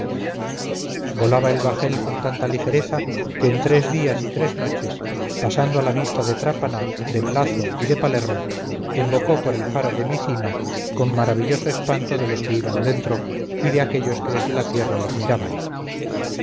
el bajel con tanta ligereza que en tres días y tres noches pasando a la vista de trápana de melazo y de palermo embocó por el faro de micina con maravilloso espanto de los que iban dentro y de aquellos que desde la tierra los miraban